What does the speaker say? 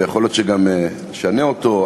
יכול להיות שגם נשנה אותו,